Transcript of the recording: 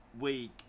week